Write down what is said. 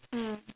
mm